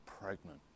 pregnant